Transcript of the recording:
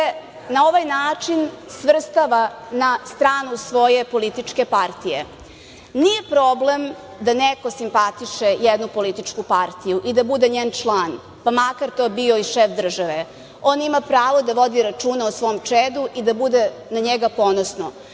na ovaj način svrstava na stranu svoje političke partije. Nije problem da neko simpatiše jednu političku partiju i da bude njen član, pa makar to bio i šef države. On ima pravo da vodi računa o svom čedu i da bude na njega ponosan.